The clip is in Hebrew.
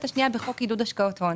השנייה בתוך חוק עידוד השקעות הון.